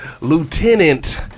Lieutenant